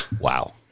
Wow